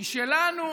משלנו